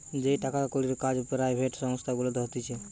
যেই টাকার কড়ির কাজ পেরাইভেট সংস্থা গুলাতে হতিছে